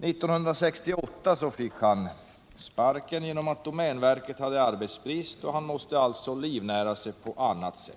1968 fick han sparken på grund av att domänverket hade arbetsbrist. Han var alltså tvungen att livnära sig på annat sätt.